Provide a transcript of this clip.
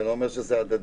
זה לא אומר שזה הדדי.